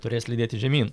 turės lydėti žemyn